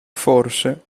forse